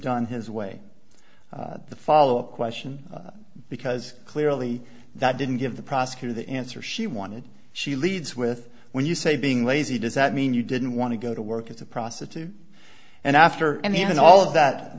done his way or the follow up question because clearly that didn't give the prosecutor the answer she wanted she leads with when you say being lazy does that mean you didn't want to go to work as a prostitute and after in the end all of that